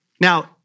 now